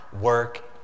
work